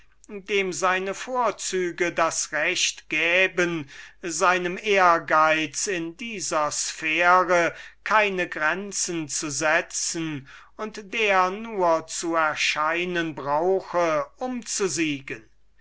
dem seine vorzüge das recht geben seinem ehrgeiz in dieser sphäre keine grenzen zu setzen und der nur zu erscheinen brauche um zu siegen